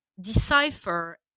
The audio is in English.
decipher